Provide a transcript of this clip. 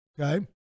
Okay